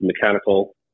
mechanical